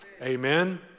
Amen